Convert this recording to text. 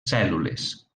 cèl·lules